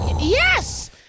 Yes